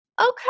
Okay